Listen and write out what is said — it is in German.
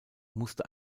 musste